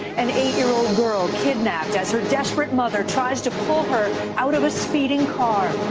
an eight year old girl kidnapped as her desperate mother tries to pull her out of a speeding car.